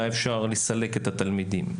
היה אפשר לסלק את התלמידים.